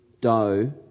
dough